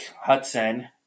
Hudson